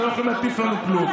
אתם לא יכולים להטיף לנו כלום.